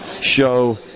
show